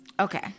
Okay